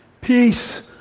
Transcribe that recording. Peace